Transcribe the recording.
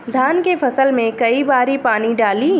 धान के फसल मे कई बारी पानी डाली?